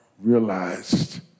realized